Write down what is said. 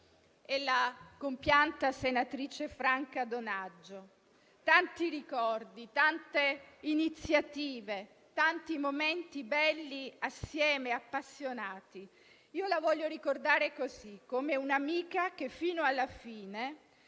e la compianta senatrice Franca Donaggio - e da tanti ricordi, tante iniziative, tanti momenti belli e appassionati trascorsi insieme. La voglio ricordare così, come un'amica che, fino alla fine,